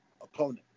opponent